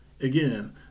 Again